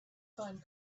find